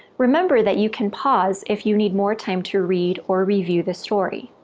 remember that you can pause if you need more time to read or review the story.